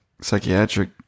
psychiatric